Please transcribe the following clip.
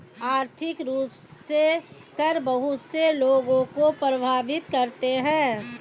आर्थिक रूप से कर बहुत से लोगों को प्राभावित करते हैं